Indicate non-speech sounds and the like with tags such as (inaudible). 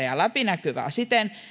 (unintelligible) ja läpinäkyviä siten